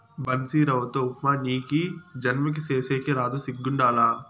బన్సీరవ్వతో ఉప్మా నీకీ జన్మకి సేసేకి రాదు సిగ్గుండాల